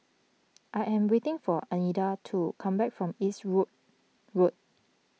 I am waiting for Adina to come back from Eastwood Road